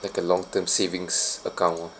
like a long term savings account oh